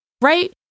right